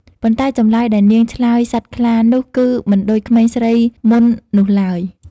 ប៉ុន្តែ ចម្លើយដែលនាងឆ្លើយសត្វខ្លានោះគឺមិនដូចក្មេងស្រីមុននោះឡើយ។